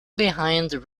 behind